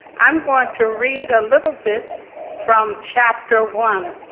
i'm going to read a little bit from chapter one,